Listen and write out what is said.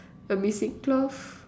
a missing cloth